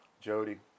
Jody